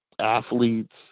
athletes